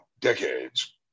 decades